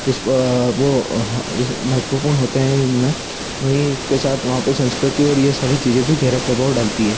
इस वो इस महत्वपूर्ण होते हैं इनमें वहीं इसके साथ वहाँ पर संस्कृति और यह सारी चीज़ें भी गहरा प्रभाव डालती है